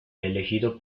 elegido